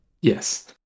Yes